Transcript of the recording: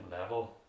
level